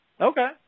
Okay